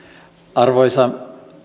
arvoisa